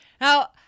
now